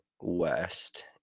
west